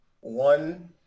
One